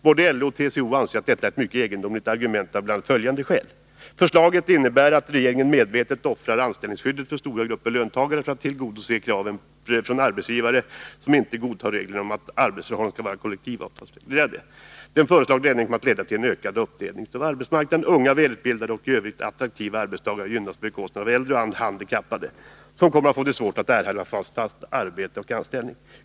Både LO och TCO anser att detta är ett mycket egendomligt argument av bl.a. följande skäl: Förslaget innebär att regeringen medvetet offrar anställningsskyddet för stora grupper löntagare för att tillgodose kraven från arbetsgivare, som inte godtar reglerna om att arbetsförhållanden skall vara kollektivavtalsreglerade. Den föreslagna förändringen kommer att leda till en ökad uppdelning på arbetsmarknaden. Unga, välutbildade och i övrigt attraktiva arbetstagare gynnas på bekostnad av äldre och handikappade, som kommer att få det svårt att erhålla arbete och fast anställning.